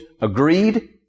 agreed